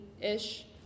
ish